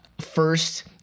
First